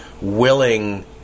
willing